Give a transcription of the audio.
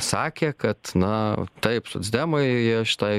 sakė kad na taip socdemai jie šitai